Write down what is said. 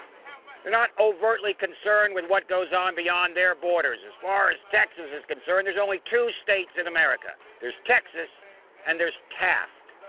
they're not overtly concerned with what goes on beyond their borders. as far as texas is concerned, there's only two states in america. there's texas and there's taft.